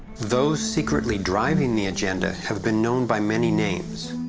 those secretly driving the agenda have been known by many names.